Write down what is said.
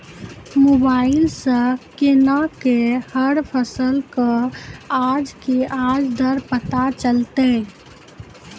Mobile सऽ केना कऽ हर फसल कऽ आज के आज दर पता चलतै?